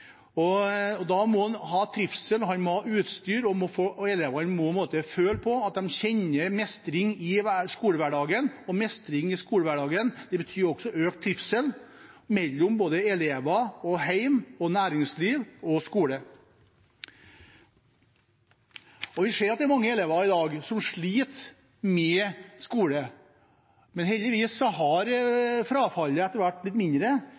Da må man ha trivsel, man må ha utstyr, og elevene må føle at de kjenner mestring i skolehverdagen. Mestring i skolehverdagen betyr også økt trivsel for både elever, hjem, næringsliv og skole. Vi ser at det er mange elever i dag som sliter med skole, men heldigvis har frafallet etter hvert blitt mindre.